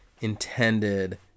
intended